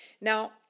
Now